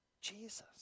Jesus